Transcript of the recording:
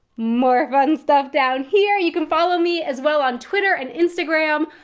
more fun stuff down here. you can follow me as well on twitter and instagram.